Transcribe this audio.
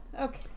Okay